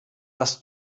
das